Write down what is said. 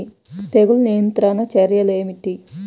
తెగులు నియంత్రణ చర్యలు ఏమిటి?